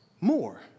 more